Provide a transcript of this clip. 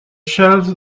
shelves